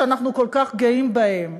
שאנחנו כל כך גאים בהם,